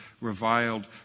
reviled